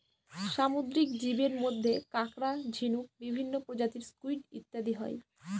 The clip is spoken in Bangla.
সামুদ্রিক জীবের মধ্যে কাঁকড়া, ঝিনুক, বিভিন্ন প্রজাতির স্কুইড ইত্যাদি হয়